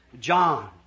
John